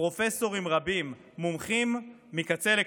פרופסורים רבים, מומחים מקצה לקצה.